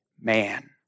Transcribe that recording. man